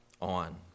on